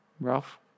Ralph